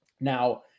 Now